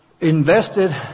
invested